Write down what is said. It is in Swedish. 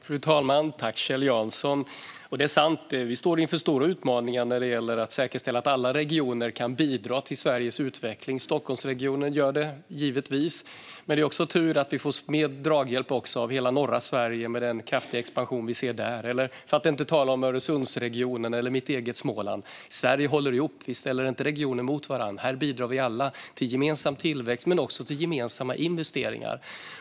Fru talman! Tack för frågan, Kjell Jansson! Det är sant att vi står inför stora utmaningar när det gäller att säkerställa att alla regioner kan bidra till Sveriges utveckling. Stockholmsregionen gör det givetvis, men det är tur att vi även får draghjälp av hela norra Sverige i och med den kraftiga expansion vi ser där - för att inte tala om Öresundsregionen eller mitt eget Småland. Sverige håller ihop. Vi ställer inte regioner mot varandra, utan här bidrar vi alla både till gemensam tillväxt och till gemensamma investeringar.